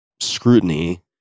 scrutiny